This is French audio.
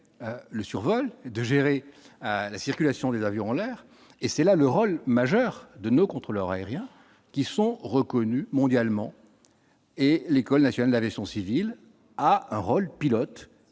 le survol de gérer la circulation des avions en l'air, et c'est là le rôle majeur de nos contrôleurs aériens qui sont reconnus mondialement et l'École nationale avait son civil a un rôle pilote